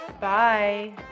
Bye